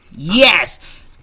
Yes